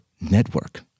network